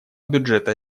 бюджета